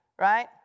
right